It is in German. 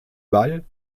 ball